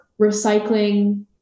recycling